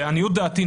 לעניות דעתי,